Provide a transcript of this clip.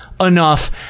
enough